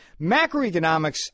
Macroeconomics